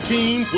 Team